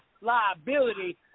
liability